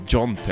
John